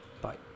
Bye